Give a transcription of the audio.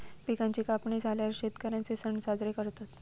पिकांची कापणी झाल्यार शेतकर्यांचे सण साजरे करतत